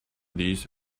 these